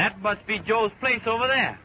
that must be joe's place over there